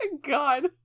god